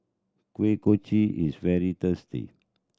Kuih Kochi is very tasty